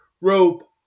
Rope